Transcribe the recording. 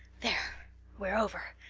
there we're over.